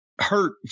hurt